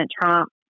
Trump